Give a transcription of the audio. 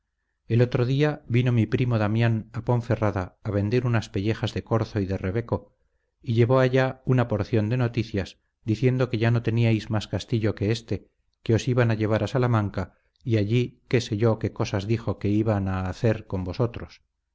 el otro día vino mi primo damián a ponferrada a vender unas pellejas de corzo y de rebeco y llevó allá una porción de noticias diciendo que ya no teníais más castillo que éste que os iban a llevar a salamanca y allí qué sé yo qué cosas dijo que iban a hacer con vosotros